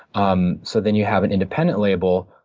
um so then you have an independent label,